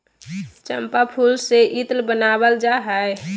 चम्पा फूल से इत्र बनावल जा हइ